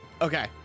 Okay